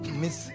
miss